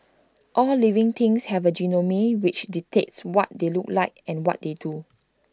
all living things have A genome which dictates what they look like and what they do